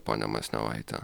pone masnevaite